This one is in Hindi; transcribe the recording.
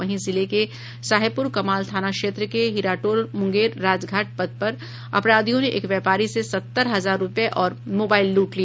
वहीं जिले के साहेबपुर कमाल थाना क्षेत्र के हीराटोल मूंगेर राजघाट पथ पर अपराधियों ने एक व्यापारी से सत्तर हजार रुपए और मोबाइल लूट लिए